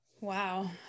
Wow